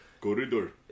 Corridor